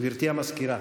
גברתי המזכירה.